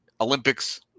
Olympics